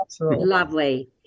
lovely